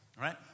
right